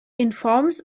informs